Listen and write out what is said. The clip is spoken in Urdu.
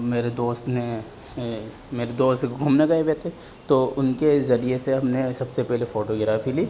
میرے دوست نے میرے دوست گھومنے گئے ہوئے تھے تو ان کے ذریعے سے ہم نے سب سے پہلے فوٹوگرافی لی